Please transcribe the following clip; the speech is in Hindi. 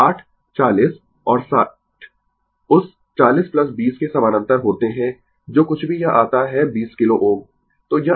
तो 6 40 और 60 उस 40 20 के समानांतर होते है जो कुछ भी यह आता है 20 किलो Ω